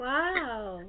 Wow